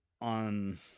on